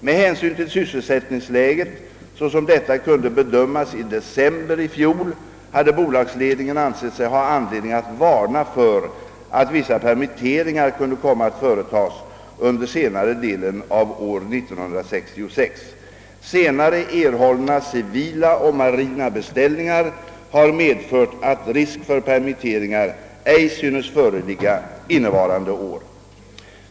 Med hänsyn till sysselsättningsläget sådant detta kunde bedömas i december 1965 hade bolagsledningen ansett sig ha anledning att varna för att vissa permitteringar kunde komma att företagas under senare delen av år 1966. Senare erhållna civila och marina beställningar har medfört att risk för permitteringar ej synes föreligga innevarande år.